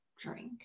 drink